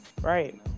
Right